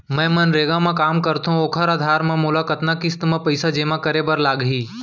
मैं मनरेगा म काम करथो, ओखर आधार म मोला कतना किस्ती म पइसा जेमा करे बर लागही?